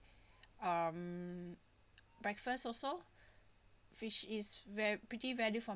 um breakfast also which is ver~ pretty value for